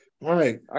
right